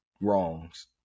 wrongs